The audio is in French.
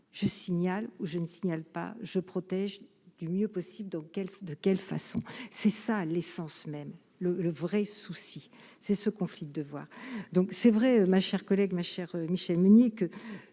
je signale ou je ne signale pas je protège du mieux possible dans quelle, de quelle façon, c'est ça l'essence même le le vrai souci c'est ce conflit de voir, donc, c'est vrai, ma chère collègue ma chère Michèle Meunier